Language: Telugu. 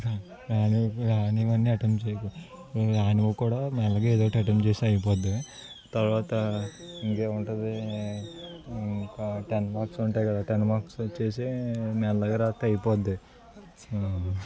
రానివన్నీ అటెంప్ట్ చేయకు రానివి కూడా మెల్లగా ఏదో ఒకటి అటెంప్ట్ చేస్తే అయిపోద్ది తర్వాత ఇంకేం ఉంటుంది ఇంకా టెన్ మార్క్స్ ఉంటాయి కదా టెన్ మార్క్స్ వచ్చేసి మెల్లగా రాస్తే అయిపోద్ది